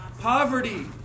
Poverty